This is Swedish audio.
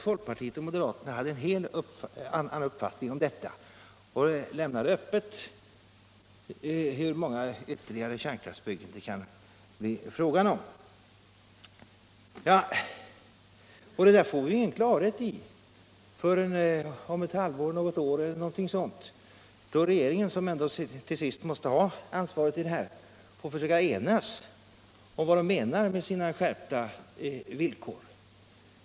Folkpartiet och moderaterna hade däremot en helt annan uppfattning om detta och lämnade öppet hur många ytterligare kärnkraftsbyggen det kan bli fråga om. Den här frågan får vi ingen klarhet i förrän om ett halvår eller något år då regeringen, som till sist måste ta ansvaret, får försöka enas om vad den menar med sina skärpta villkor.